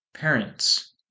Parents